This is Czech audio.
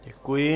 Děkuji.